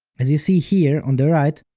as you see here on the right,